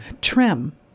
Trim